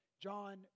John